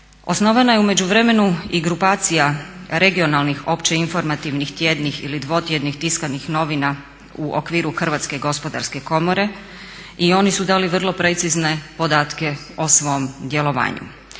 Osnovana je u međuvremenu i grupacija regionalnih opće informativnih tjednih ili dvotjednih tiskanih novina u okviru HGK i oni su dali vrlo precizne podatke o svom djelovanju.